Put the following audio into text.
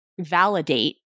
validate